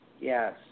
Yes